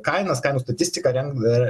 kainas kainų statistiką reng e